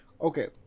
okay